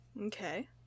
Okay